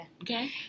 okay